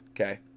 Okay